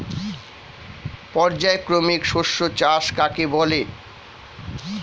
পর্যায়ক্রমিক শস্য চাষ কাকে বলে?